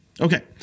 Okay